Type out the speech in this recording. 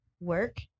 work